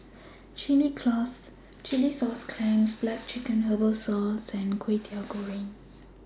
Chilli Sauce Clams Black Chicken Herbal Soup and Kway Teow Goreng